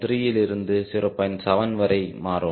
7 வரை மாறும்